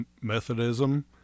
Methodism